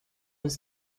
ist